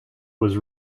was